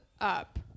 up